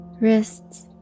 wrists